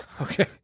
Okay